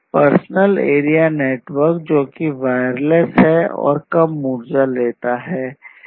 personal area network जोकि wireless है और कम ऊर्जा लेता है